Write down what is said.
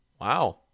Wow